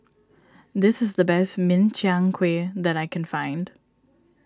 this is the best Min Chiang Kueh that I can find